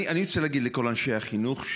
אני רוצה להגיד לכל אנשי החינוך,